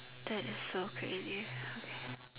that is so crazy okay